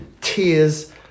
tears